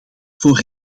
voor